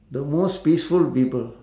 the most peaceful people